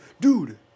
dude